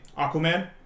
Aquaman